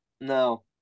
No